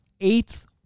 eighth